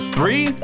Three